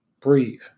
breathe